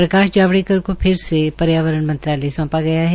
प्रकाश जोवड़ेकर को फिर से पर्यावरण मंत्रालय सौंपा गया है